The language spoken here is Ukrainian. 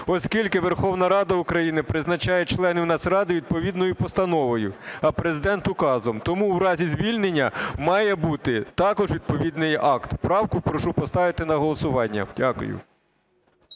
оскільки Верховна Рада України призначає членів Нацради відповідною постановою, а Президент – указом. Тому в разі звільнення має бути також відповідний акт. Правку прошу поставити на голосування. Дякую.